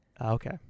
Okay